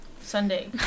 sunday